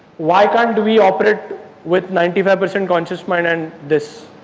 why can't and we operate with ninety five percent conscious mind and this?